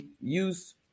use